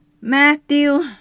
Matthew